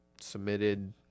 submitted